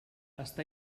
està